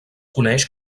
coneix